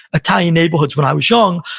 italian neighborhoods when i was young,